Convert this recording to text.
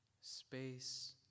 space